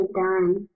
done